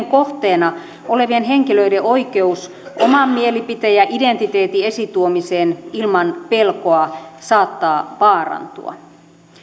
kohteena olevien henkilöiden oikeus oman mielipiteen ja identiteetin esiintuomiseen ilman pelkoa saattaa vaarantua